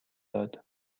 داد